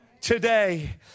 today